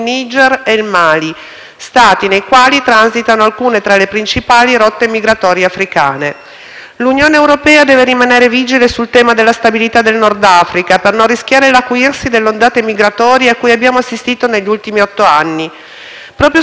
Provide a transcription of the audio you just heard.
L'Unione europea deve rimanere vigile sul tema della stabilità del Nord Africa, per non rischiare l'acuirsi delle ondate migratorie cui abbiamo assistito negli ultimi otto anni. Proprio sul fenomeno della migrazione vorrei sottolineare che questo Governo ha smentito tutte le falsità che abbiamo sentito a inizio legislatura.